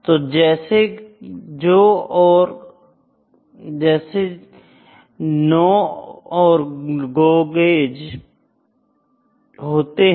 तो जैसे जो और नो जो गेज है